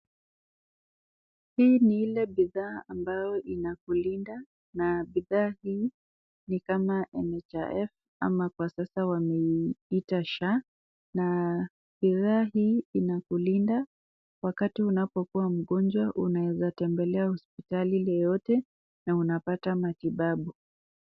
Hi ni ile bidhaa ambayo inakulinda, na bithaa hii ni kama NHIF ama kwasasa wameiita SHAA na hii inakulinda wakati inakua mgonjwa unaeza tembelea hospitali yoyote na unapata matibabu.